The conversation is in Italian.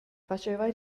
faceva